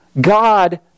God